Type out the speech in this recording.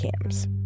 cams